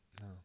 No